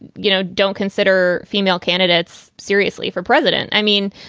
you know, don't consider female candidates seriously for president. i mean,